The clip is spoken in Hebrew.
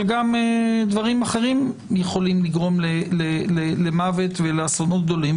אבל גם דברים אחרים יכולים לגרום למוות ולאסונות גדולים.